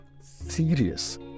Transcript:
serious